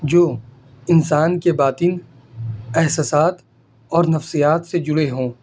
جو انسان کے باطن احسسات اور نفسیات سے جڑے ہوں